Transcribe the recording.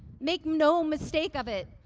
make no mistake of it.